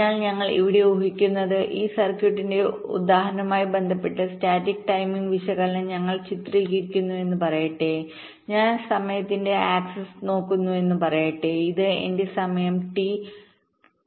അതിനാൽ ഞങ്ങൾ ഇവിടെ ഊഹിക്കുന്നത് ഈ സർക്യൂട്ടിന്റെ ഉദാഹരണവുമായി ബന്ധപ്പെട്ട് സ്റ്റാറ്റിക് ടൈമിംഗ് വിശകലനം ഞങ്ങൾ ചിത്രീകരിക്കുമെന്ന് പറയട്ടെ ഞാൻ സമയത്തിന്റെ ആക്സസ് നോക്കുന്നുവെന്ന് പറയട്ടെ ഇത് എന്റെ സമയം ടി 0